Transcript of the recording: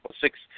six